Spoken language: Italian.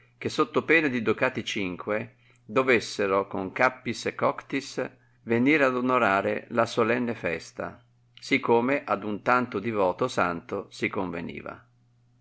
che sotto pena di ducati cinque dovessero con cappis et coctis venir ad onorare la solenne festa sì come ad un tanto divoto santo si conveniva